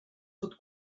pot